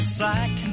sack